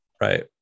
Right